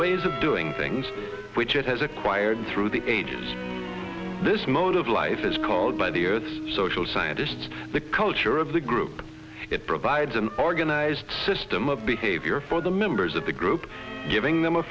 ways of doing things which it has acquired through the ages this mode of life is called by the earth's social scientists the culture of the group it provides an organized system of behavior for the members of the group giving them a